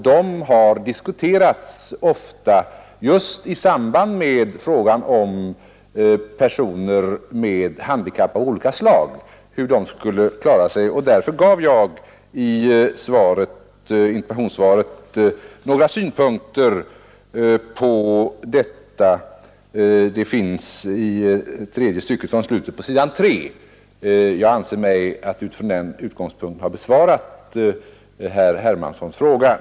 Den har diskuterats ofta i samband med frågan hur personer med handikapp av olika slag skulle klara sig. Därför gav jag i interpellationssvaret några synpunkter på detta; de finns i tredje stycket från slutet på s. 3. Jag anser mig från den utgångspunkten ha besvarat herr Hermanssons fråga.